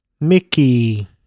Mickey